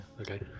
Okay